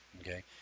Okay